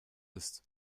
ist